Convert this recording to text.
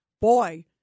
Boy